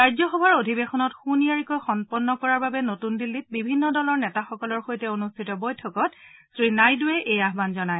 ৰাজ্যসভাৰ অধিবেশন সুনিয়াৰিকৈ সম্পন্ন কৰাৰ বাবে নতুন দিল্লীত বিভিন্ন দলৰ নেতাসকলৰ সৈতে অনুষ্ঠিত বৈঠকত শ্ৰীনাইডুৱে এই আহান জনায়